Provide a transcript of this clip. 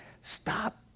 stop